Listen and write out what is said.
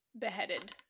beheaded